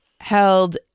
held